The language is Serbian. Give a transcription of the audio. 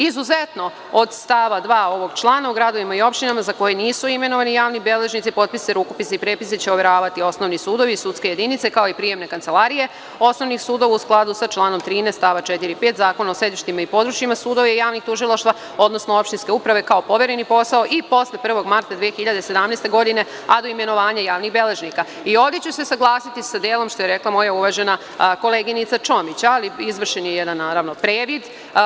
Izuzetno od stava 2. ovog člana, u gradovima i opštinama za koje nisu imenovani javni beležnici, potpise, rukopise i prepise će overavati osnovni sudovi, sudske jedinice, kao i prijemne kancelarije osnovnih sudova, u skladu sa članom 13. st. 4. i 5. Zakona o sedištima i područjima sudova i javnih tužilaštva, odnosno opštinske uprave kao povereni posao i posle 1. marta 2017. godine, a do imenovanja javnih beležnika.“ Ovde ću se saglasiti sa delom koji je rekla moja uvažena koleginica Čomić, ali izvršen je jedan, naravno, previd.